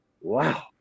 Wow